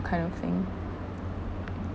kind of thing